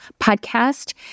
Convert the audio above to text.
podcast